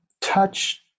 touch